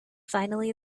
finally